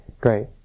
great